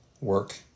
work